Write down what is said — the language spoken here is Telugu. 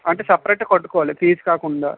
అంటే సెపరేట్ గా కట్టుకోవాలి ఫీజు కాకుండా